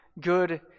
good